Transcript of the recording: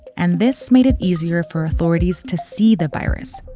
and this made it easier for authorities to see the virus.